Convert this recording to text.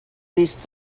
least